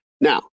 Now